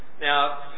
Now